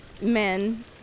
men